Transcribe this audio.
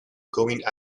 going